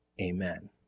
Amen